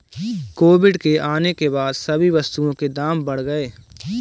Covid के आने के बाद सभी वस्तुओं के दाम बढ़ गए हैं